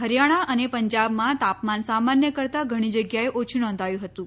હરિયાણા અને પંજાબમાં તાપમાન સામાન્ય કરતાં ઘણી જગ્યાએ ઓછુ નોંધાયું હતું